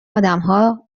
آدمها